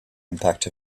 impact